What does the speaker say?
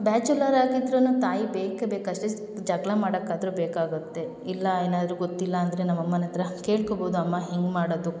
bachelor ಆಗಿದ್ರೂ ತಾಯಿ ಬೇಕೇ ಬೇಕು ಅಷ್ಟೇ ಜಗಳ ಮಾಡೋಕ್ಕಾದ್ರು ಬೇಕಾಗುತ್ತೆ ಇಲ್ಲ ಏನಾದ್ರು ಗೊತ್ತಿಲ್ಲ ಅಂದರೆ ನಮ್ಮ ಅಮ್ಮನ ಹತ್ತಿರ ಕೇಳ್ಕೊಬೋದು ಅಮ್ಮ ಹೆಂಗೆ ಮಾಡೋದು